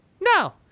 No